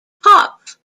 hopf